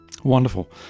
Wonderful